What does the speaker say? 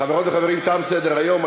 חברות וחברים, תם סדר-היום.